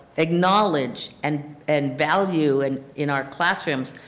acknowledge and and value and in our classrooms